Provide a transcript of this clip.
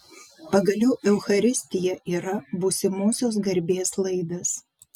pagaliau eucharistija yra būsimosios garbės laidas